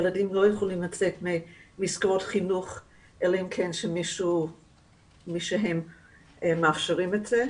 ילדים לא יכולים לצאת ממסגרות חינוך אלא אם כן מישהו מאפשר זאת.